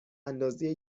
اندازی